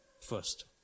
first